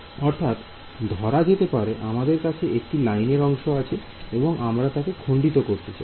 অর্থাৎ ধরা যেতে পারে আমাদের কাছে একটি লাইনের অংশ আছে এবং আমরা তাকে খন্ডিত করতে চাই